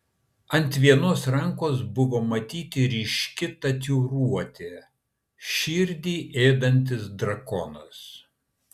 ant vienos rankos buvo matyti ryški tatuiruotė širdį ėdantis drakonas